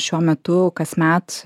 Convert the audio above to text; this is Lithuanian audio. šiuo metu kasmet